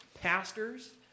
pastors